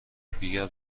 بیا